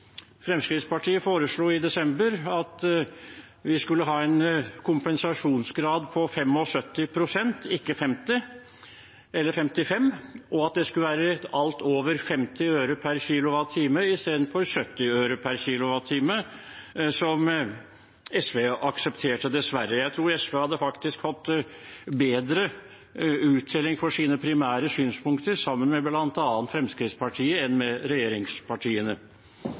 Fremskrittspartiet foreslo i desember at vi skulle ha en kompensasjonsgrad på 75 pst., ikke 50, eller 55, og at det skulle være for alt over 50 øre per kWh istedenfor 70 øre per kWh – som SV aksepterte, dessverre. Jeg tror SV faktisk hadde fått bedre uttelling for sine primære synspunkter sammen med bl.a. Fremskrittspartiet enn med regjeringspartiene.